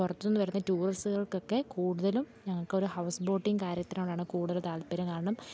പുറത്തു നിന്നു വരുന്ന ടൂറിസ്റ്റുകൾക്കൊക്കെ കൂടുതലും ഞങ്ങൾക്കൊരു ഹൗസ് ബോട്ടിംഗ് കാര്യത്തിനോടാണ് കൂടുതൽ താത്പര്യം കാരണം